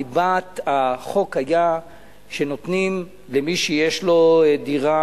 ליבת החוק היתה שנותנים למי שיש לו דירה